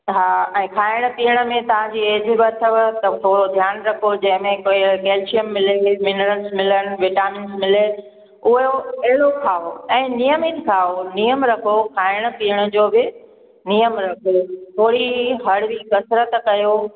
हा ऐं खाइणु पीअण में तव्हांजी एज बि अथव त थोरो ध्यानु रखो जंहिं में कोई अ कॅल्शिअम मिले मिनरल्स मिलनि विटामिन्स मिले उहो अहिड़ो खाओ ऐं नियमित खाओ नियम रखो खाइणु पीअण जो बि नियम रखिजो थोरी हड़वी करसत कयो